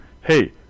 Hey